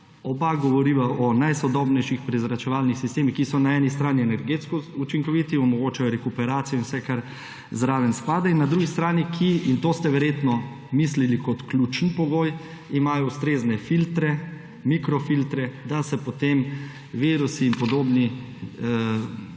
oba govoriva o najsodobnejših prezračevalnih sistemih, ki so na eni strani energetsko učinkoviti, omogočajo rekuperacijo in vse kar zraven spada, in na drugi strani, ki, in to ste verjetno mislili kot ključen pogoj, imajo ustrezne filtre, mikrofiltre, da se potem virusi in podobni,